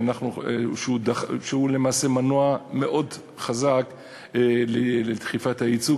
שהוא למעשה מנוע מאוד חזק לדחיפת היצוא,